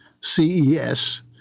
CES